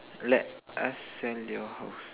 let us sell your house